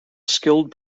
skilled